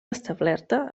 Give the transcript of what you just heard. establerta